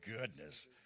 goodness